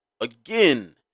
Again